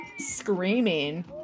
screaming